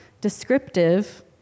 descriptive